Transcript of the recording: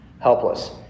Helpless